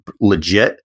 legit